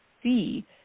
See